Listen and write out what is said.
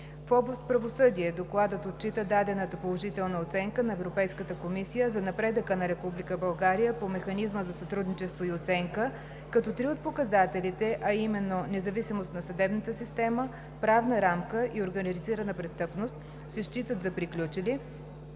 В област „Правосъдие“ Докладът отчита дадената положителна оценка на Европейската комисия за напредъка на Република България по Механизма за сътрудничество и оценка, като три от показателите, а именно „Независимост на съдебната система“, „Правна рамка“, и „Организирана престъпност“, се считат за приключили,